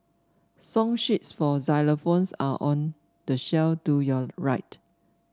song sheets for xylophones are on the shelf to your right